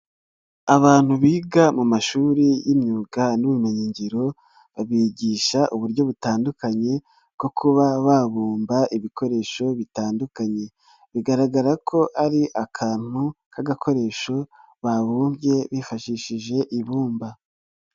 Abantu biga mu mashuri y'imyuga n'ubumenyingiro, babigisha uburyo butandukanye bwo kuba babumba ibikoresho bitandukanye, bigaragara ko ari akantu k'agakoresho babumbye bifashishije ibumba.